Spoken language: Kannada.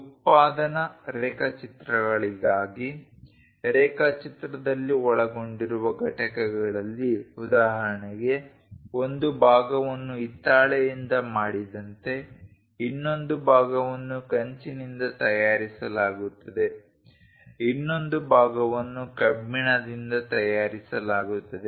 ಉತ್ಪಾದನಾ ರೇಖಾಚಿತ್ರಗಳಿಗಾಗಿ ರೇಖಾಚಿತ್ರದಲ್ಲಿ ಒಳಗೊಂಡಿರುವ ಘಟಕಗಳಲ್ಲಿ ಉದಾಹರಣೆಗೆ ಒಂದು ಭಾಗವನ್ನು ಹಿತ್ತಾಳೆಯಿಂದ ಮಾಡಿದಂತೆ ಇನ್ನೊಂದು ಭಾಗವನ್ನು ಕಂಚಿನಿಂದ ತಯಾರಿಸಲಾಗುತ್ತದೆ ಇನ್ನೊಂದು ಭಾಗವನ್ನು ಕಬ್ಬಿಣದಿಂದ ತಯಾರಿಸಲಾಗುತ್ತದೆ